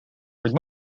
kuid